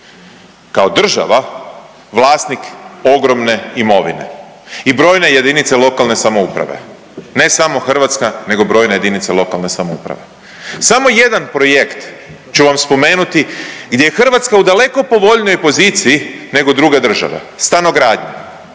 kao država vlasnik ogromne imovine i brojne JLS, ne samo Hrvatska nego brojne JLS. Samo jedan projekt ću vam spomenuti gdje je Hrvatska u daleko povoljnijoj poziciji nego druge države. Stanogradnja,